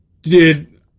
Dude